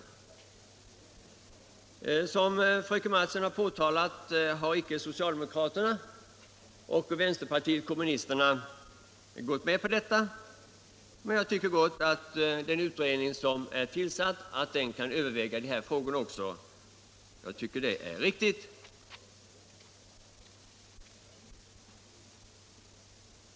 Såsom fröken Mattson har påpekat har socialdemokraterna och vänsterpartiet kommunisterna inte velat gå med på detta. Men jag tycker att den utredning som är tillsatt gott kan överväga även dessa frågor.